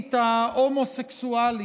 המינית ההומוסקסואלית.